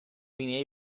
been